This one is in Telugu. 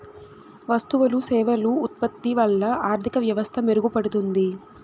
వస్తువులు సేవలు ఉత్పత్తి వల్ల ఆర్థిక వ్యవస్థ మెరుగుపడుతుంది